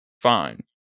Fine